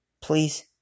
please